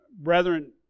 Brethren